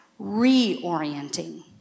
reorienting